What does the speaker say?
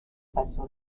pasó